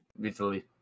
Vitaly